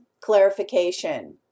clarification